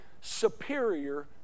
superior